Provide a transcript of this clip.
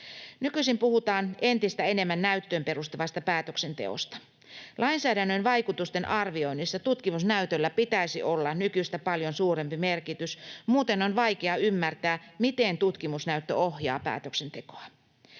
Nykyisin puhutaan entistä enemmän näyttöön perustuvasta päätöksenteosta. Lainsäädännön vaikutusten arvioinnissa tutkimusnäytöllä pitäisi olla nykyistä paljon suurempi merkitys. Muuten on vaikea ymmärtää, miten tutkimusnäyttö ohjaa päätöksentekoa.